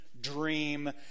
dream